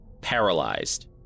paralyzed